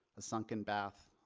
a sunken bath,